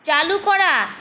চালু করা